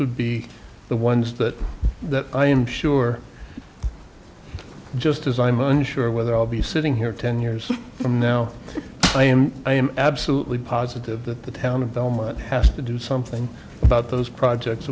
would be the ones that that i am sure just as i'm unsure whether i'll be sitting here ten years from now i am i am absolutely positive that the town of belmar has to do something about those projects